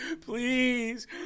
Please